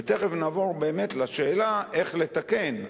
ותיכף נעבור באמת לשאלה איך לתקן.